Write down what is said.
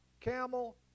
camel